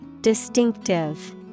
Distinctive